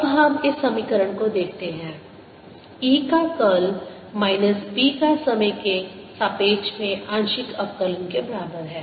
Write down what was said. अब हम इस समीकरण को देखते हैं E का कर्ल माइनस B का समय के सापेक्ष में आंशिक अवकलन के बराबर है